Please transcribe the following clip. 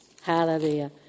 Hallelujah